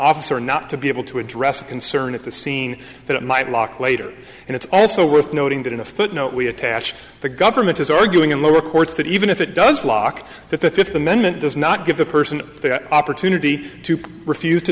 officer not to be able to address a concern at the scene that might block later and it's also worth noting that in a footnote we attached the government is arguing in lower courts that even if it does lock that the fifth amendment does not give the person the opportunity to refuse to